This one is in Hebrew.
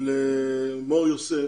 למור-יוסף.